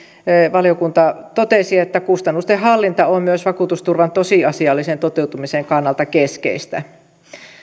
valiokunta totesi että kustannusten hallinta on myös vakuutusturvan tosiasiallisen toteutumisen kannalta keskeistä